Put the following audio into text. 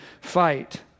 fight